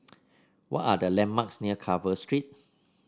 what are the landmarks near Carver Street